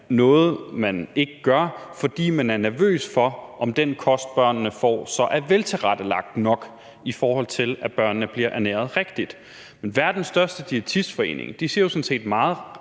noget, man ikke gør, fordi man er nervøs for, om den kost, børnene får, så er veltilrettelagt nok, i forhold til at børnene bliver ernæret rigtigt. Men verdens største diætistforening siger jo sådan set meget